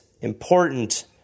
important